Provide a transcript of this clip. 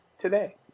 today